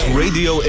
radio